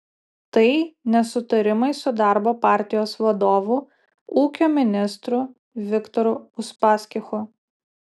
tai nesutarimai su darbo partijos vadovu ūkio ministru viktoru uspaskichu